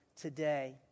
today